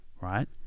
right